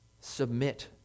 submit